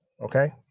Okay